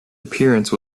appearance